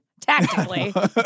tactically